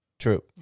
true